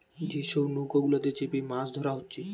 যে সব নৌকা গুলাতে চেপে মাছ ধোরা হচ্ছে